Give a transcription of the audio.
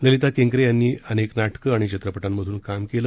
ललिता केंकरे यांनी अनेक नाटकं आणि चित्रपटांमधून काम केलं